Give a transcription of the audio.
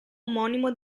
omonimo